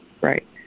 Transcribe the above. right